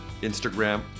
Instagram